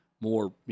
more